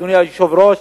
אדוני היושב-ראש,